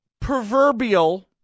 proverbial